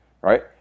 right